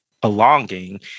belonging